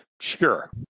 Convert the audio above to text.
sure